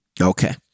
Okay